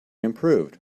improved